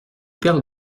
perles